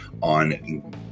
on